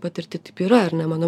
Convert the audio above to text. patirty taip yra ar ne manau